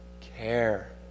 Care